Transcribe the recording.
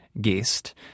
guest